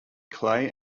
clay